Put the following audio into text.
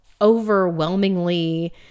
overwhelmingly